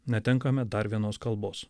netenkame dar vienos kalbos